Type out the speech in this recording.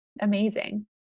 amazing